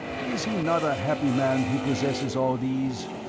is he not a happy man who possesses all these?